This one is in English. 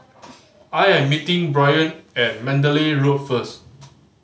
I am meeting Bryon at Mandalay Road first